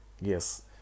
Yes